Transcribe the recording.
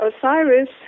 Osiris